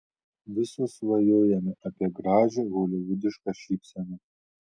visos svajojame apie gražią holivudišką šypseną